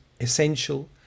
essential